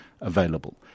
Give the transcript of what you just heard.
available